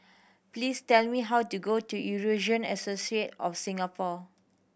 please tell me how to go to Eurasian Associate of Singapore